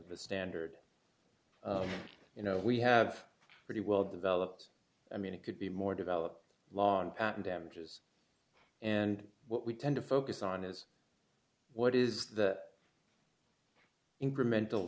a standard you know we have pretty well developed i mean it could be more develop long pattern damages and what we tend to focus on is what is the incremental